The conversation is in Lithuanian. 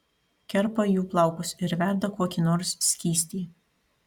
kerpa jų plaukus ir verda kokį nors skystį